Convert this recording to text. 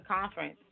conference